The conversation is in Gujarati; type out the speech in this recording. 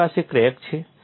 મારી પાસે ક્રેક છે